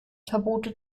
verbote